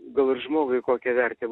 gal žmogui kokią vertę